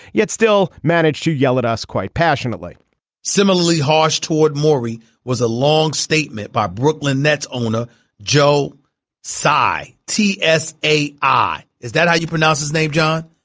yet still managed to yell at us quite passionately similarly harsh toward maury was a long statement by brooklyn nets owner joe sigh he s a i. is that how you pronounce his name john.